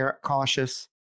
cautious